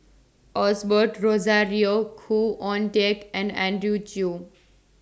Osbert Rozario Khoo Oon Teik and Andrew Chew